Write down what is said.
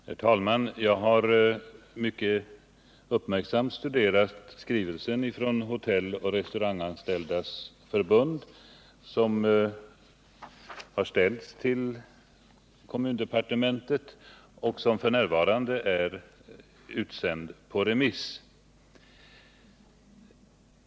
Herr talman! Jag har mycket uppmärksamt studerat den skrivelse från Hotelloch restauranganställdas förbund som har ställts till kommundepartementet och som f. n. är utsänd på remiss.